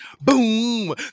Boom